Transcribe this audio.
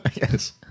Yes